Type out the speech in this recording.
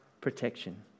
protection